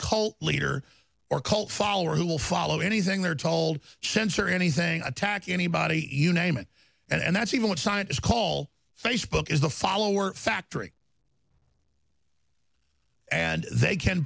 cult leader or cult follower who will follow anything they're told to censor anything attack anybody unanimous and that's even what scientists call facebook is the follower factory and they can